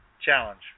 challenge